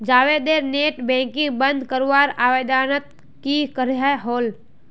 जावेदेर net banking बंद करवार आवेदनोत की कार्यवाही होल?